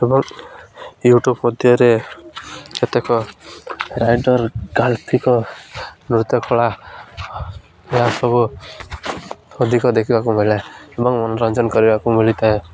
ଏବଂ ୟୁଟ୍ୟୁବ ମଧ୍ୟରେ କେତେକ ରାଇଟର୍ ଗାଳ୍ପିକ ନୃତ୍ୟ କଳା ଏହା ସବୁ ଅଧିକ ଦେଖିବାକୁ ମିଳେ ଏବଂ ମନୋରଞ୍ଜନ କରିବାକୁ ମିଳିଥାଏ